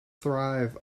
thrive